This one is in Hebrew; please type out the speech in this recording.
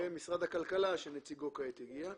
במשרד הכלכלה שנציגו הגיע עתה.